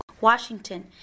Washington